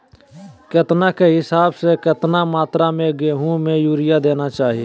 केतना के हिसाब से, कितना मात्रा में गेहूं में यूरिया देना चाही?